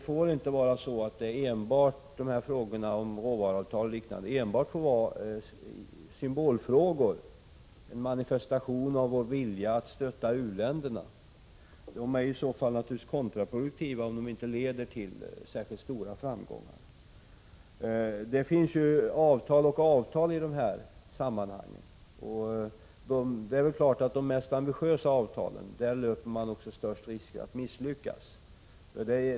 Frågorna om råvaruavtal och liknande saker får nämligen inte enbart vara symbolfrågor — dvs. en manifestation av vår vilja att stötta u-länderna. Om avtalen inte leder till särskilt stora framgångar, är de naturligtvis kontraproduktiva. Det finns alltså olika sorters avtal i de här sammanhangen. Vidare är det väl klart att man löper den största risken att misslyckas när det gäller de mest ambitiösa avtalen.